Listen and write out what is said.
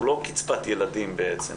שהוא לא קצבת ילדים בעצם,